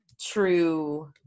true